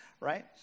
right